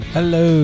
Hello